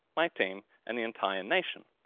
my team and the entire nation.